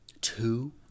Two